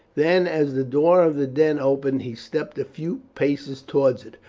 then as the door of the den opened he stepped a few paces towards it.